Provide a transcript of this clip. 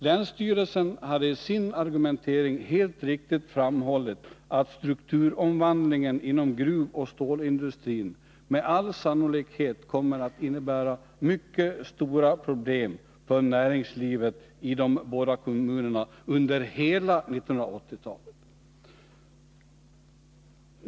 Länsstyrelsen hade i sin argumentering helt riktigt framhållit att strukturomvandlingen inom gruvoch stålindustrin med all sannolikhet kommer att innebära mycket stora problem för näringslivet i de båda kommunerna under 1980-talet.